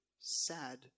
sad